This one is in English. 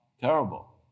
terrible